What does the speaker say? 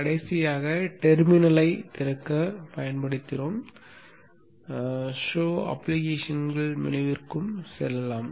கடைசியாக டெர்மினலைத் திறக்கப் பயன்படுத்தினோம் ஆனால் ஷோ அப்ளிகேஷன்கள் மெனுவிற்கும் செல்லலாம்